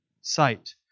sight